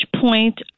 point